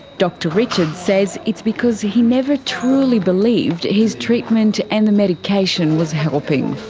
dr richard says it's because he never truly believed his treatment and the medication was helping.